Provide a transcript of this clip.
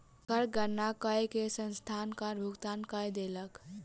कर गणना कय के संस्थान कर भुगतान कय देलक